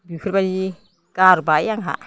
बेफोरबायदि गारबाय आंहा